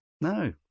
No